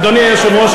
אדוני היושב-ראש,